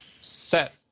set